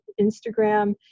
Instagram